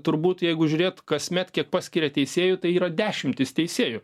turbūt jeigu žiūrėt kasmet kiek paskiria teisėjų tai yra dešimtys teisėjų